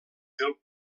del